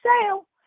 sale